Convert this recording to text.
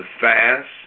fast